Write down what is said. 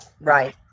right